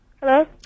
Hello